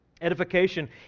Edification